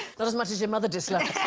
not as much as your mother dislikes